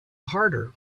harder